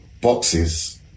boxes